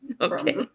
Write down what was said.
Okay